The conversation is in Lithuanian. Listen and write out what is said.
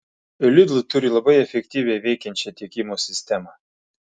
lidl turi labai efektyviai veikiančią tiekimo sistemą